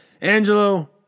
Angelo